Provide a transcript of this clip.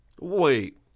Wait